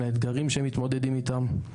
לאתגרים שהם מתמודדים איתם.